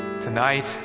tonight